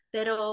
Pero